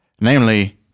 Namely